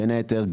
בין היתר,